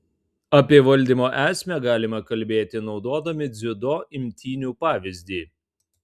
apie valdymo esmę galime kalbėti naudodami dziudo imtynių pavyzdį